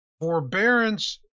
Forbearance